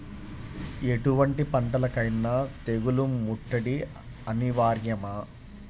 ఎటువంటి పంటలకైన తెగులు ముట్టడి అనివార్యమా?